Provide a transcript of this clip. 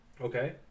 Okay